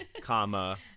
comma